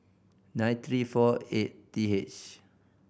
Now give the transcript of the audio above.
nine three fore eight T H